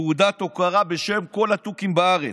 תעודת הוקרה בשם כל התוכים בארץ.